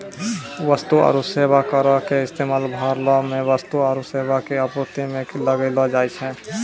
वस्तु आरु सेबा करो के इस्तेमाल भारतो मे वस्तु आरु सेबा के आपूर्ति पे लगैलो जाय छै